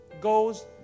goes